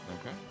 Okay